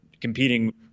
competing